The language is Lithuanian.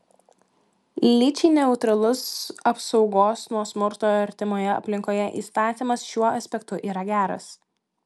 lyčiai neutralus apsaugos nuo smurto artimoje aplinkoje įstatymas šiuo aspektu yra geras